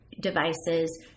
devices